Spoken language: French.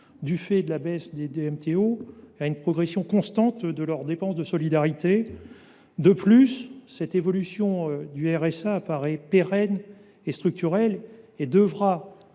du fait de la baisse des DMTO, et à une progression constante de leurs dépenses de solidarité. De plus, cette évolution du RSA apparaît pérenne et structurelle. Elle devra,